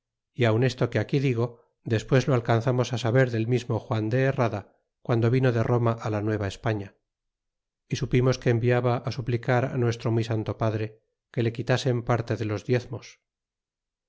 y aun esto que aquí digo despues lo alcanzamos saber del mismo juan de herrada guando vino de roma la nueva españa e supimos que enviaba suplicar nuestro muy santo padre que se quitasen parte de los diezmos